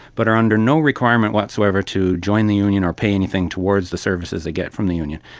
but are under no requirement whatsoever to join the union or pay anything towards the services they get from the union.